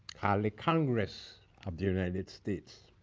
ah the congress of the united states.